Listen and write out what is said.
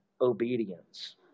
obedience